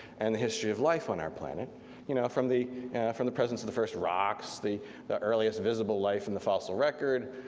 and the history of life on our planet you know from the from the presence of the first rocks, the the earliest visible life in the fossil record,